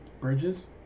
Bridges